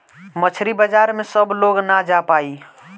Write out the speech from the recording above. मछरी बाजार में सब लोग ना जा पाई